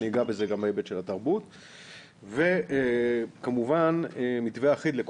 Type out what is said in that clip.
אני אגע בזה גם מההיבט של התרבות וכמובן מתווה אחיד.